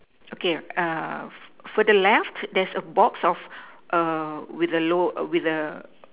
okay uh for the left there's a box of err with a low with a